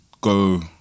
go